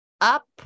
up